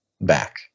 back